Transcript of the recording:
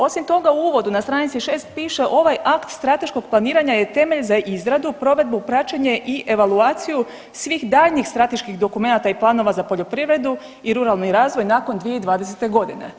Osim toga u uvodu na stranici 6 piše ovaj akt strateškog planiranja je temelj za izradu, provedbu, praćenje i evaluaciju svih daljnjih strateških dokumenata i planova za poljoprivrednu i ruralni razvoj nakon 2020. godine.